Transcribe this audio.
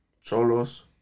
Cholos